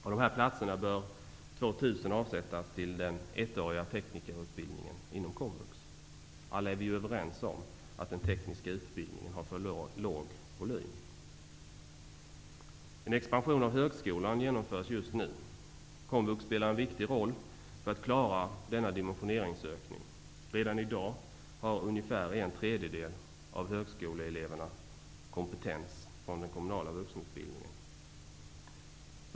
Av dessa platser bör 2 000 avsättas till den ettåriga teknikerutbildningen inom komvux. Vi är ju alla överens om att den tekniska utbildningen har för låg volym. En expansion av högskolan genomförs just nu. Komvux spelar en viktig roll för att klara denna dimensioneringsökning. Redan i dag har ungefär en tredjedel av högskoleeleverna kompetens från den kommunala vuxenutbildningen.